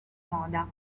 moda